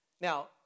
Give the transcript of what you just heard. Now